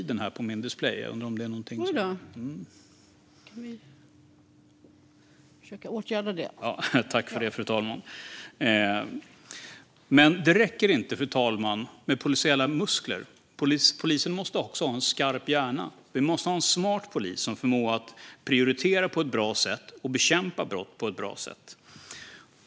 Fru talman! Det räcker inte med polisiära muskler. Polisen måste också ha en skarp hjärna. Vi måste ha en smart polis som förmår att prioritera på ett bra sätt och bekämpa brott på ett bra sätt.